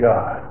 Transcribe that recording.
God